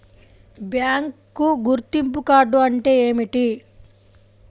Bank గుర్తింపు card అంటే ఏమిటి?